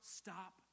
stop